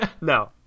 No